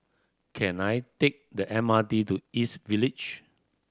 can I take the M R T to East Village